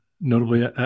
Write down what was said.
notably